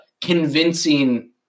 convincing